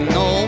no